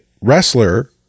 wrestler